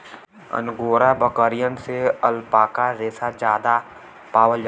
angora बकरियन से alpaca रेसा जादा पावल जाला